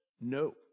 no